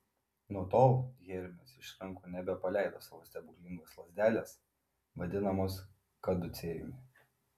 nuo tol hermis iš rankų nebepaleido savo stebuklingos lazdelės vadinamos kaducėjumi